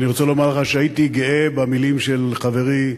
אני רוצה לומר לך שהייתי גאה במלים של חברי,